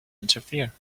interfere